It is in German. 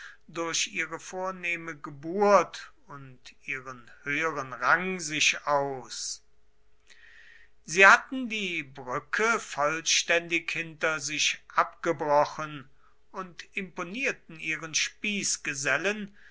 durch ihre vornehme geburt und ihren höheren rang sich aus sie hatten die brücke vollständig hinter sich abgebrochen und imponierten ihren